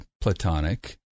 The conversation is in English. Platonic